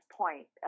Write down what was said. point